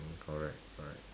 correct correct